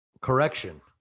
Correction